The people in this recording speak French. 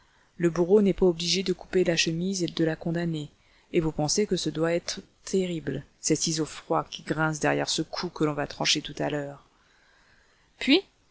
le bourreau n'est pas obligé de couper la chemise de la condamnée et vous pensez que ce doit être terrible ces ciseaux froids qui grincent derrière ce cou que l'on va trancher tout à l'heure puis